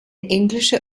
englische